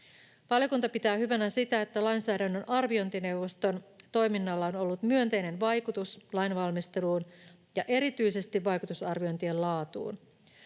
Valiokunta pitää hyvänä sitä, että lainsäädännön arviointineuvoston toiminnalla on ollut myönteinen vaikutus lainvalmisteluun ja erityisesti vaikutusarviointien laatuun.